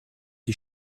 die